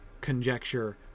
conjecture